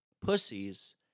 Pussies